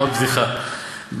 עוד בדיחה.